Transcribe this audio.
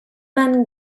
man